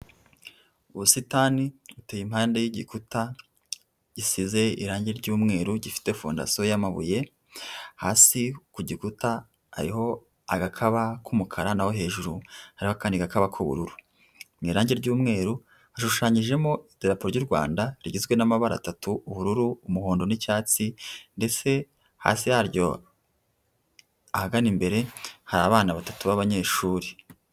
Ubusitani buteye impande y'igikuta gisize irangi ry'umweru, gifite fondasiyo y'amabuye, hasi ku gikuta hariho agakaba k'umukara naho hejuru hariho akandi gakaba k'ubururu, mu irangi ry'umweru hashushanyijemo idarapo ry'u Rwanda rigizwe n'amabara atatu, ubururu, umuhondo n'icyatsi ndetse hasi yaryo ahagana imbere hari abana batatu b'abanyeshuri.